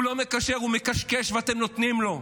הוא לא מקשר, הוא מקשקש, ואתם נותנים לו.